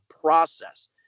process